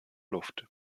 luft